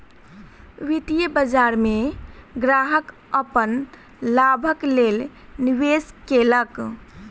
वित्तीय बाजार में ग्राहक अपन लाभक लेल निवेश केलक